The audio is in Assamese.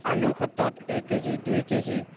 আলুৰ ক্ষেত্ৰত এক কেজি দুই কেজি